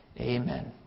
Amen